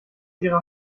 ihre